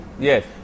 Yes